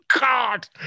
God